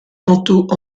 tantôt